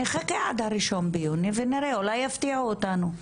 נחכה עד ה-1 ביוני ונראה, אולי יפתיעו אותנו.